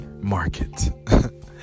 market